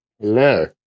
Hello